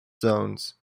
zones